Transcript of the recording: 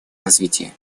развития